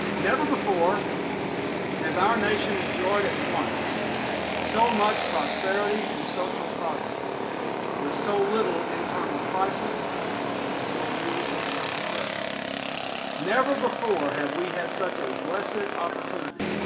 never before has our nation enjoyed at once so much prosperity and social progress with so little internal crisis and so few external threats never before have we had such a blessing opportunity